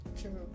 True